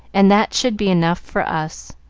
and that should be enough for us.